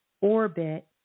orbit